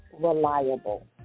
reliable